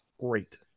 Great